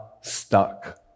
stuck